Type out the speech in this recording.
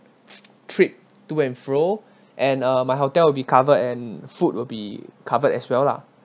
trip to and fro and uh my hotel will be covered and food will be covered as well lah